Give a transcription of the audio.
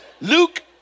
Luke